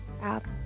app